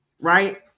Right